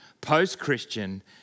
post-Christian